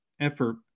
effort